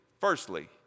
firstly